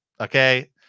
Okay